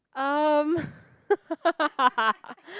um